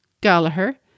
Gallagher